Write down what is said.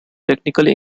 technically